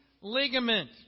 ligament